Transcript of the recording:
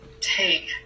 take